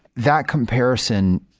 that comparison,